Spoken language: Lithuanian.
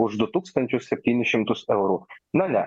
už du tūkstančius septynis šimtus eurų na ne